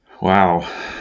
Wow